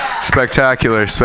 Spectacular